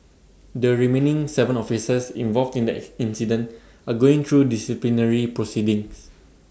the remaining Seven officers involved in the incident are going through disciplinary proceedings